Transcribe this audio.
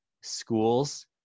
schools